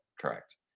correct